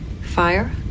fire